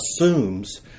assumes